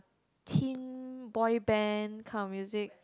team boy band kind of music